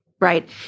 Right